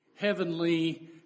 heavenly